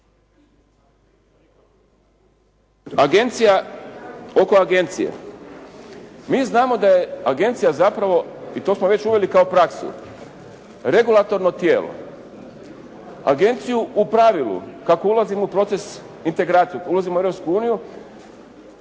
Agencija, oko agencije. Mi znamo da je agencija zapravo i to smo već uveli kao praksu, regulatorno tijelo. Agenciju u pravilu kako ulazimo u proces integracije, ulazimo u